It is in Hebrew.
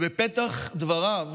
בפתח דבריו